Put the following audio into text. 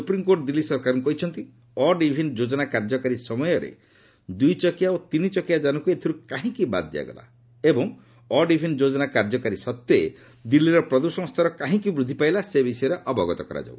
supreme court Delhi ସରକାରଙ୍କୁ କହିଛନ୍ତି odd even ଯୋଜନା କାର୍ଯ୍ୟକାରୀ ସମୟରେ ଦୁଇଚକିଆ ଓ ତିନି ଚକିଆ ଯାନକୁ ଏଥିରୁ କାହିଁକି ବାଦ୍ ଦିଆଗଲା ଏବଂ ଅଡ୍ ଇଭିନ୍ ଯୋଜନା କାର୍ଯ୍ୟକାରୀ ସତ୍ତ୍ୱେ ଦିଲ୍ଲୀର ପ୍ରଦୂଷଣ ସ୍ତର କାହିଁକି ବୃଦ୍ଧି ପାଇଲା ସେ ବିଷୟରେ ଅବଗତ କରାଯାଉ